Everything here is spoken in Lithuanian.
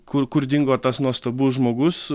kur kur dingo tas nuostabus žmogus